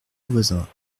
voisins